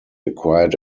acquired